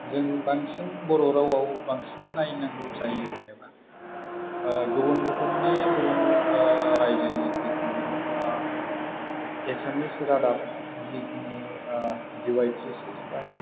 जों बांसिन बर' रावआव बांसिन नायनांगौ जायो होनोबा गुबुन रोखोमनि गुबुन रायजोनि जिखिनि एसामिस रादाब जिखिनि डिअवाइट्रि सिक्स फाइभ